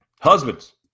Husbands